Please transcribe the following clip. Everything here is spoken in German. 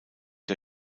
der